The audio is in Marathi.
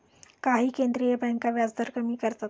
काही केंद्रीय बँका व्याजदर कमी करतात